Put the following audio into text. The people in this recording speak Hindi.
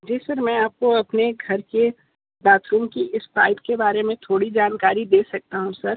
जी सर मैं आपको अपने घर के बाथरूम की इस पाइप के बारे में थोड़ी जानकारी दे सकता हूँ सर